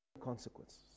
Consequences